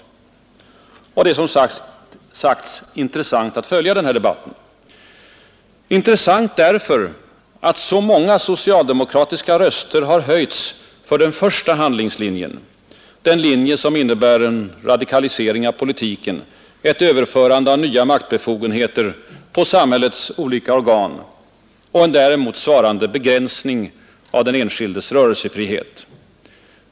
Det är som sagt intressant att följa den här debatten. Intressant därför att så många socialdemokratiska röster har höjts för den första handlingslinjen, den linje som innebär en radikalisering av politiken, ett överförande av nya maktbefogenheter på samhällets olika organ och en däremot svarande begränsning av den enskildes rörelsefrihet.